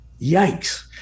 Yikes